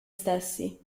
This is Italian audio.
stessi